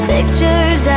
Pictures